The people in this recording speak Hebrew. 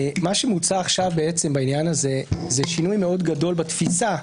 מה שמוצע עכשיו בעניין הזה זה שינוי מאוד גדול בתפיסה,